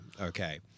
Okay